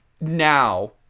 now